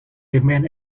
remained